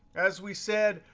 as we said,